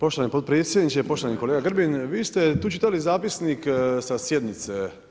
Poštovani potpredsjedniče, poštovani kolega Grbin, vi ste tu čitali zapisnik sa sjednice.